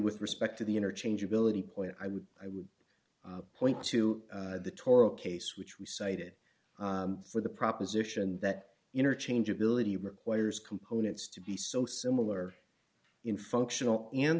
with respect to the interchangeability point i would i would point to the torah case which we cited for the proposition that interchangeability requires components to be so similar in functional an